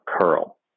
curl